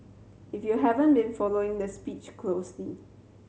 if you haven't been following the speech closely